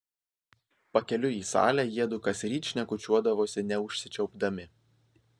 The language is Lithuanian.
pakeliui į salę jiedu kasryt šnekučiuodavosi neužsičiaupdami